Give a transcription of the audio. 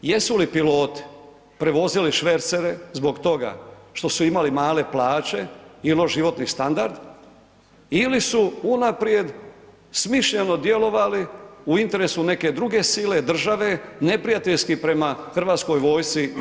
Jesu li piloti prevozili švercere zbog toga što su imali male plaće i loš životni standard ili su unaprijed smišljeno djelovali u interesu neke druge sile, države neprijateljski prema Hrvatskoj vojsci i RH?